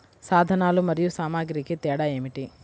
సాధనాలు మరియు సామాగ్రికి తేడా ఏమిటి?